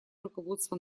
руководство